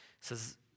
says